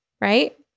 right